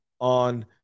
on